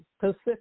Pacific